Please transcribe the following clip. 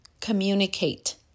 communicate